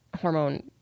hormone